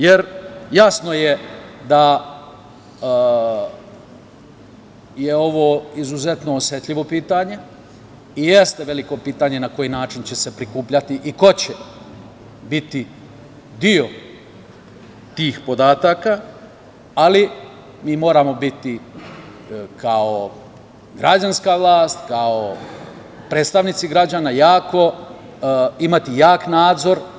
Jasno je da je ovo izuzetno pitanje i jeste veliko pitanje na koji način će se prikupljati i ko će biti deo tih podataka, ali mi moramo kao građanska vlast, kao predstavnici građana imati jak nadzor.